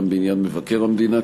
גם לעניין מבקר המדינה,